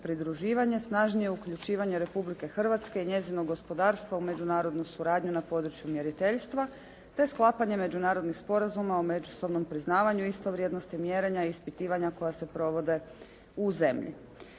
snažnije uključivanje Republike Hrvatske i njezinog gospodarstva u međunarodnu suradnju na području mjeriteljstva te sklapanje međunarodnih sporazuma o međusobnom priznavanju isto vrijednosti mjerenja i ispitivanja koja se provode u zemlji.